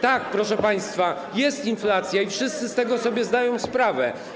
Tak, proszę państwa, jest inflacja i wszyscy zdają sobie z tego sprawę.